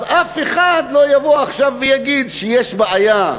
אז אף אחד לא יבוא עכשיו ויגיד שיש בעיה.